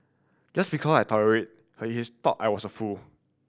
just because I tolerated her is talk I was a fool